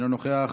אינו נוכח,